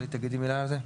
תגידי מילה על זה?